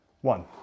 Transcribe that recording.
one